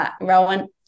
Rowan